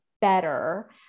better